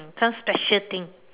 some special thing